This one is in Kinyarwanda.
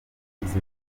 izi